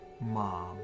mom